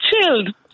chilled